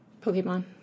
Pokemon